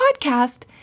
podcast